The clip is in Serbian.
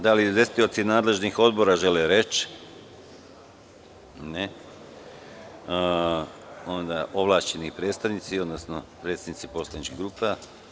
Da li izvestioci nadležnih odbora žele reč? (Ne) Reč imaju ovlašćeni predstavnici, odnosno predstavnici poslaničkih grupa.